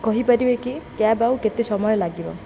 କହିପାରିବେ କ୍ୟାବ୍ ଆଉ କେତେ ସମୟ ଲାଗିବ